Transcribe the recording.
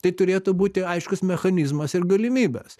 tai turėtų būti aiškus mechanizmas ir galimybės